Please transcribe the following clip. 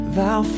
Thou